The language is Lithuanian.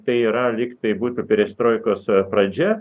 tai yra lyg tai būtų perestroikos pradžia